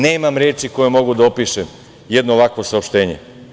Nemam reči kojima mogu da opišem jedno ovakvo saopštenje.